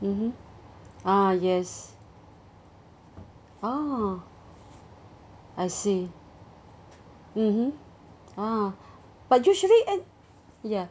mmhmm ah yes oh I see mmhmm ah but usually N ya